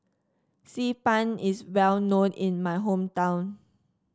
Xi Ban is well known in my hometown